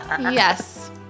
Yes